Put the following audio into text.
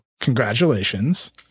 congratulations